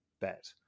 bet